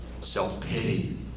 self-pity